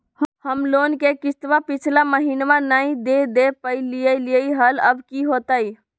हम लोन के किस्तवा पिछला महिनवा नई दे दे पई लिए लिए हल, अब की होतई?